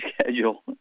schedule